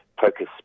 focus